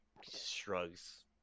shrugs